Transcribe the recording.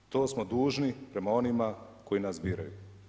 To smo dužni prema onima koji nas biraju.